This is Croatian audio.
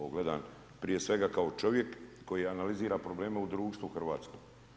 Ovo gledam, prije svega kao čovjek koji analizira probleme u društvu hrvatskom.